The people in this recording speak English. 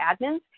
admins